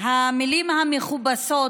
המילים המכובסות